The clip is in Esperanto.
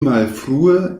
malfrue